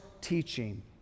teaching